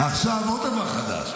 עכשיו, עוד דבר חדש.